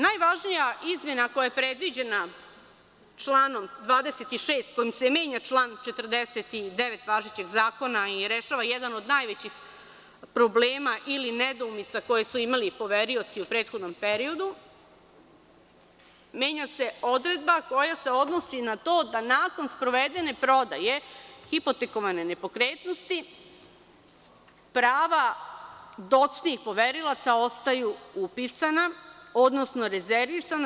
Najvažnija izmena koja je predviđena članom 26, kojim se menja član 49. važećeg zakona i rešava jedan od najvećih problema ili nedoumica koje su imali poverioci u prethodnom periodu, menja se odredba koja se odnosi na to da nakon sprovedene prodaje hipotekovane nepokretnosti prava docnijih poverilaca ostaju upisana, odnosno rezervisana.